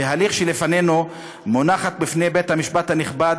בהליך שלפנינו מונחת בפני בית-המשפט הנכבד